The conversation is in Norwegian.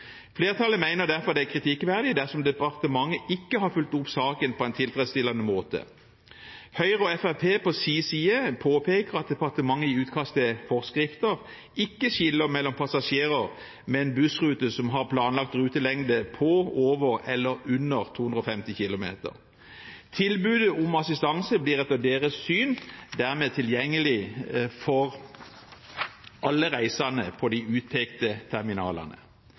Flertallet mener det er kritikkverdig dersom departementet ikke har fulgt opp saken på en tilfredsstillende måte. Høyre og Fremskrittspartiet på sin side påpeker at departementet i utkastet til forskrifter ikke skiller mellom passasjerer på en bussrute som har planlagt rutelengde på, over eller under 250 km. Tilbudet om assistanse blir etter deres syn dermed tilgjengelig for alle reisende på de utpekte terminalene.